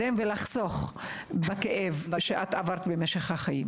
ושנחסוך את הכאב שאת עברת בחייך.